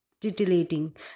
Titillating